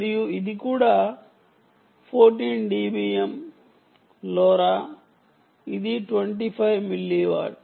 మరియు ఇది కూడా 14 డిబిఎమ్ లోరా ఇది 25 మిల్లీవాట్